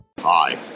Hi